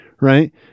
Right